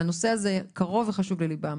והנושא הזה קרוב וחשוב לליבם,